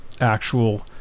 actual